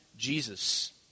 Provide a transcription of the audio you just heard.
Jesus